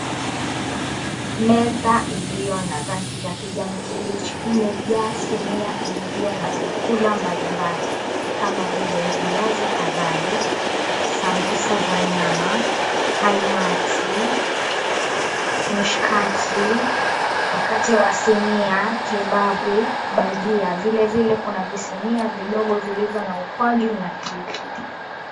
Meza iliyo na rangi ya kijani kibichi imejaa sinia iliyo na vyakula mbalimbali kama vile viazi karai, sambusa za nyama, kaimati, mishikaki, mkate wa sinia, kebabu, bhajia. Vile vile kuna visinia vidogo vilivyo na ukwaju na pilipili.